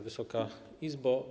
Wysoka Izbo!